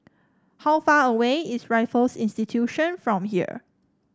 how far away is Raffles Institution from here